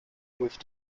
with